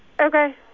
Okay